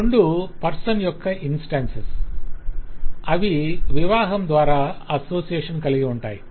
ఈ రెండూ పర్సన్ యొక్క ఇంస్టాన్సెస్ అవి వివాహం ద్వారా అసోసియేషన్ కలిగి ఉంటాయి